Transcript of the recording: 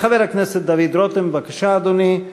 חבר הכנסת דוד רותם, בבקשה, אדוני.